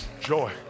Joy